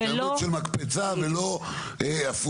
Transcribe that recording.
הזדמנות של מקפצה ולא הפוך.